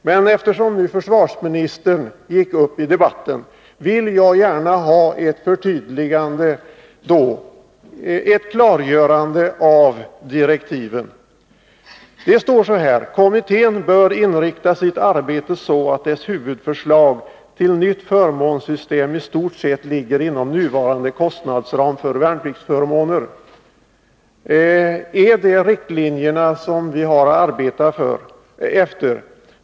Men eftersom försvarsministern gick upp i debatten, vill jag gärna ha ett klargörande av direktiven. Det står så här: Kommittén bör inrikta sitt arbete så att dess huvudförslag till nytt förmånssystem i stort sett ligger inom nuvarande kostnadsram för värnpliktsförmåner. Är det riktlinjerna som vi har att arbeta efter?